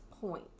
point